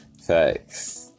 Thanks